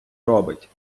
робить